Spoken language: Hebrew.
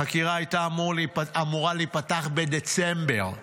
החקירה הייתה אמורה להיפתח בדצמבר 2023,